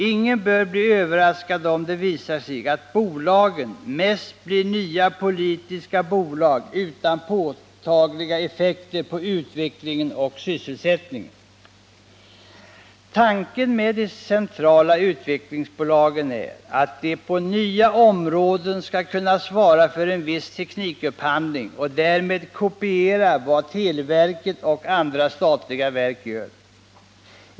Ingen bör bli överraskad om det visar sig att bolagen mest blir nya politiska bolag utan påtagliga effekter på utvecklingen och sysselsättningen. Tanken med de centrala utvecklingsbolagen är att de på nya områden skall kunna svara för en viss teknikupphandling och därmed kopiera vad televerket och andra statliga verk gör.